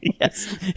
Yes